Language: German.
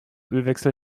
ölwechsel